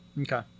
Okay